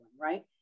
right